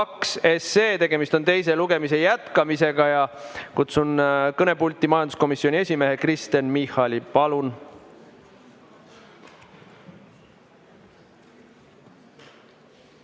382. Tegemist on teise lugemise jätkamisega ja kutsun kõnepulti majanduskomisjoni esimehe Kristen Michali. Palun!